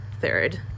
third